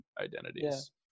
identities